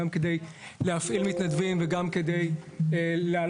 גם כדי להפעיל מתנדבים וגם כדי להעלות